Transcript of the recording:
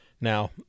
Now